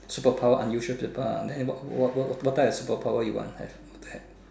super power unusual super power ah then what what type of super power you want what type